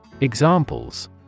Examples